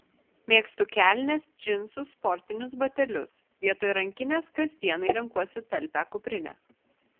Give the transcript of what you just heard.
mėgstu kelnes džinsus sportinius batelius vietoj rankinės kasdienai renkuosi talpią kuprinę